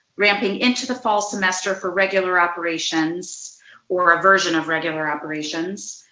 ramping into the fall semester for regular operations or a version of regular operations.